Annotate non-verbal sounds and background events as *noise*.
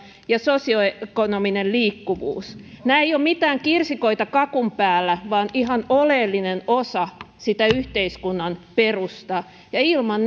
ja sosioekonominen liikkuvuus nämä eivät ole mitään kirsikoita kakun päällä vaan ihan oleellinen osa yhteiskunnan perustaa ja ilman *unintelligible*